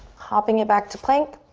hopping it back to plank.